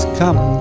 come